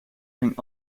ging